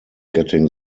getting